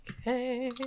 Okay